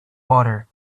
water